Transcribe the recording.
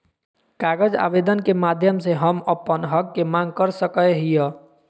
कागज आवेदन के माध्यम से हम अपन हक के मांग कर सकय हियय